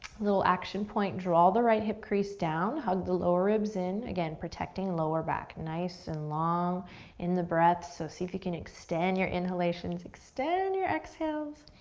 little action point, draw the right hip crease down. hug the lower ribs in, again, protecting lower back. nice and long in the breath so see if you can extend your inhalations. extend your exhales.